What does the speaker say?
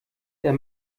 der